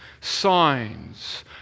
signs